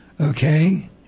okay